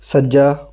ਸੱਜਾ